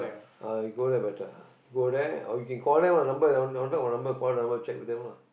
uh you go there better ah go there or you can call them lah number on top got number check with them lah